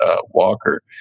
Walker